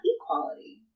equality